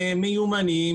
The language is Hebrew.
מיומנים,